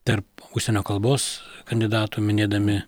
tarp užsienio kalbos kandidatų minėdami